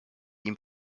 ihm